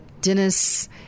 Dennis